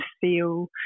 feel